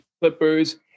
Clippers